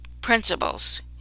principles